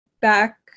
back